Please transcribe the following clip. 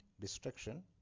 destruction